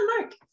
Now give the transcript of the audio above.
Mark